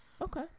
Okay